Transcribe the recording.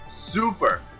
Super